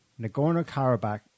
Nagorno-Karabakh